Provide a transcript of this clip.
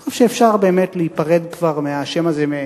אני חושב שבאמת אפשר כבר להיפרד מהשם הזה.